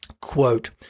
quote